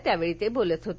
त्यावेळी ते बोलत होते